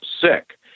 sick